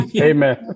amen